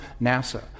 NASA